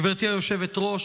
גברתי היושבת-ראש,